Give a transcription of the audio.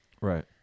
Right